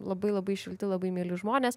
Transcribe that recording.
labai labai šilti labai mieli žmonės